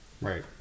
Right